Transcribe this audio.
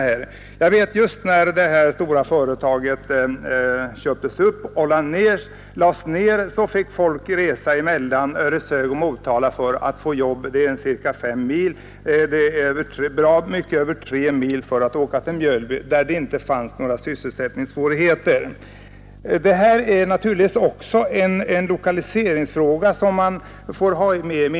När det stora företag jag nämnde köptes upp och lades ned fick folk resa mellan Ödeshög och Motala för att få arbete — det är ca fem mil. Det är över tre mil till Mjölby, men där fanns det vid detta tillfälle inte några sysselsättningsmöjligheter. Det är naturligtvis också en lokaliseringsfråga.